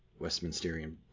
westminsterian